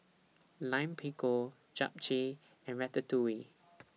Lime Pickle Japchae and Ratatouille